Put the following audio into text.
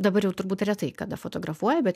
dabar jau turbūt retai kada fotografuoja bet